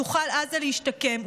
תוכל עזה להשתקם.